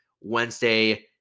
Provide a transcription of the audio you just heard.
Wednesday